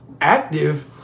active